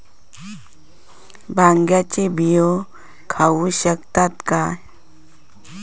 भांगे चे बियो कच्चे खाऊ शकताव काय?